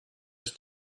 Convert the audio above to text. aus